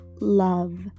love